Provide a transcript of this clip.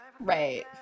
right